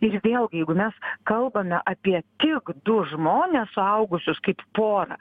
ir vėlgi jeigu mes kalbame apie tik du žmones suaugusius kaip porą